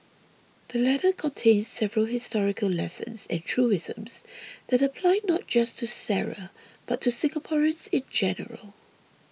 the letter contains several historical lessons and truisms that apply not just to Sara but to Singaporeans in general